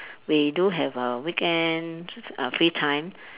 we do have uh weekend uh free time